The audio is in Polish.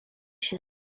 się